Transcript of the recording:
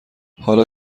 حالا